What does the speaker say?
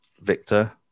victor